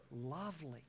lovely